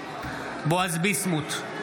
בועז ביסמוט,